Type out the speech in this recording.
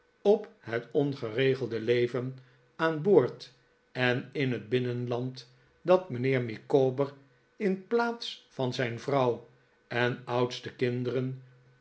op het ohgeregelde leven aan boord en in het binnenland dat mijnheer micawber in plaats van zijn vrouw en oudste kinderen